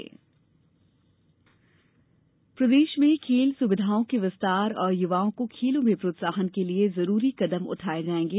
school खेल प्रदेश में खेल सुविधाओं के विस्तार और युवाओं को खेलों में प्रोत्साहन के लिए जरूरी कदम उठाये जायेंगे